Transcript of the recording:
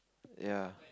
ya